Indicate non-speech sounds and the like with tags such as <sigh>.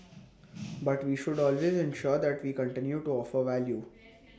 <noise> but we should always ensure that we continue to offer value